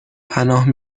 پناه